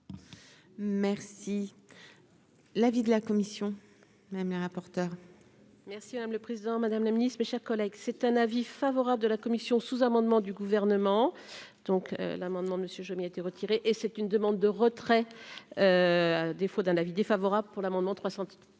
Merci l'avis de la commission, même le rapporteur. Merci, M. le Président, Madame la Ministre, mes chers collègues, c'est un avis favorable de la commission sous-amendement du gouvernement donc l'amendement, monsieur, je m'y été retiré et c'est une demande de retrait, à défaut d'un avis défavorable pour l'amendement 300